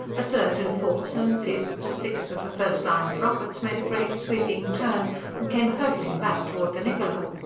a third and fourth and fifth the sixth of the first line of rockets made a great, sweeping turn and came hurtling back toward the niccola.